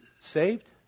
saved